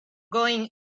going